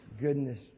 goodness